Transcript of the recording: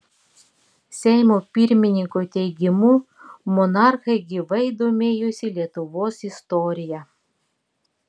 seimo pirmininko teigimu monarchai gyvai domėjosi lietuvos istorija